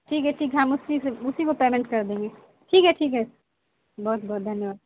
ٹھیک ہے ٹھیک ہے ہم اسی سے اسی کو پیمنٹ کر دیں گے ٹھیک ہے ٹھیک ہے بہت بہت دھنیہ واد